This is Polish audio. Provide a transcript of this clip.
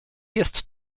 jest